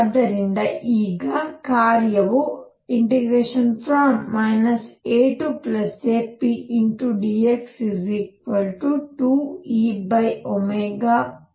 ಆದ್ದರಿಂದ ಈಗ ಕಾರ್ಯವು AApdx 2Eಗೆ ಸಮನಾಗಿರುತ್ತದೆ